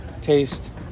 taste